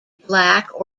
black